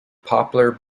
poplar